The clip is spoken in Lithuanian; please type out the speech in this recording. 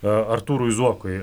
artūrui zuokui